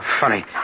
funny